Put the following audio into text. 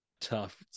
Tough